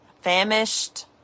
famished